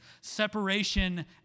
separation